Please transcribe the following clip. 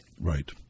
Right